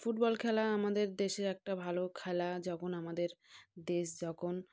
football খেলা আমাদের দেশের একটা ভালো খেলা যখন আমাদের দেশ যখন